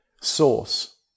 source